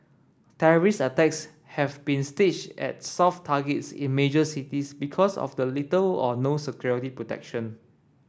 terrorist attacks have been staged at soft targets in major cities because of the little or no security protection